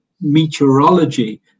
meteorology